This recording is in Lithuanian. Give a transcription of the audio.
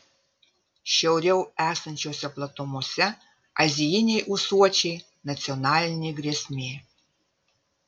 šiauriau esančiose platumose azijiniai ūsuočiai nacionalinė grėsmė